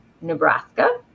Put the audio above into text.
Nebraska